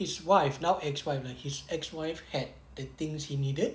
his wife now ex-wife his ex-wife had the things she needed